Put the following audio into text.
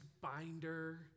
binder